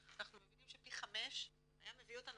אנחנו מבינים שפי 5 היה מביא אותנו